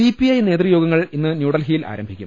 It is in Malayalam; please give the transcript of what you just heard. സിപിഐ നേതൃയോഗങ്ങൾ ഇന്ന് ന്യൂഡൽഹിയിൽ ആരംഭി ക്കും